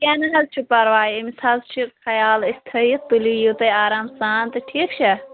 کیٚنٛہہ نہٕ حظ چھُ پَرواے أمِس حظ چھِ خیال أسۍ تھٲیِتھ تُلِو اِیِو تُہۍ آرام سان تہٕ ٹھیٖک چھےٚ